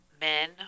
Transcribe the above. men